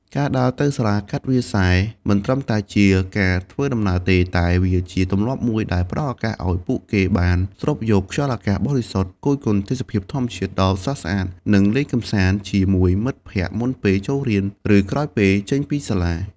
ការដើរទៅសាលាកាត់វាលស្រែ មិនត្រឹមតែជាការធ្វើដំណើរទេ តែវាជាទម្លាប់មួយដែលផ្តល់ឱកាសឲ្យពួកគេបាន ស្រូបយកខ្យល់អាកាសបរិសុទ្ធ គយគន់ទេសភាពធម្មជាតិដ៏ស្រស់ស្អាត និងលេងកម្សាន្តជាមួយមិត្តភក្តិមុនពេលចូលរៀន ឬក្រោយពេលចេញពីសាលា។